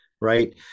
right